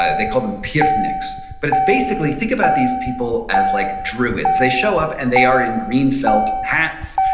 ah they called them pirtnieks. but it's basically, think about these people as like druids. they show up and they are in green felt hats.